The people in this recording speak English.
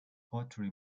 pottery